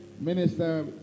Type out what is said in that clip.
Minister